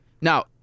Now